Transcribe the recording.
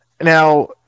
Now